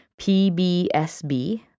PBSB